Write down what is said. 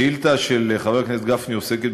השאילתה של חבר הכנסת גפני עוסקת